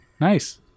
nice